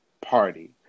party